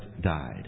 died